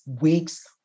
weeks